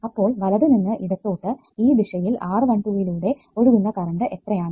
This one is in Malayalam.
അപ്പോൾ വലത്തുനിന്ന് ഇടത്തോട്ട് ഈ ദിശയിൽ R12 യിലൂടെ ഒഴുകുന്ന കറണ്ട് എത്രയാണ്